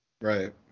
Right